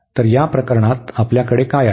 तर या प्रकरणात आपल्याकडे काय आहे